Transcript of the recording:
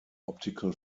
optical